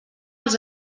els